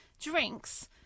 drinks